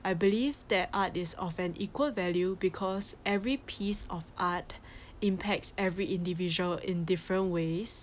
I believe that art is of an equal value because every piece of art impacts every individual in different ways